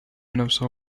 نفسه